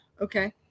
Okay